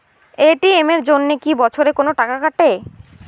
ATM এর জন্যে কি বছরে কোনো টাকা কাটে?